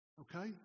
okay